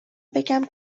بگم